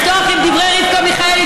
לפתוח עם דברי רבקה מיכאלי,